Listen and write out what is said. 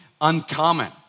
uncommon